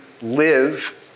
live